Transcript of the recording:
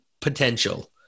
potential